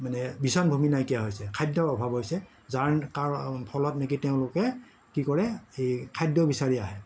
মানে বিচৰণ ভূমি নাইকিয়া হৈছে খাদ্যৰ অভাৱ হৈছে যাৰ ফলত নেকি তেওঁলোকে কি কৰে এই খাদ্য বিচাৰি আহে